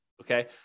okay